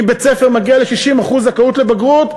אם בית-ספר מגיע ל-60% זכאות לבגרות,